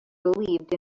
believed